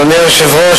אדוני היושב-ראש,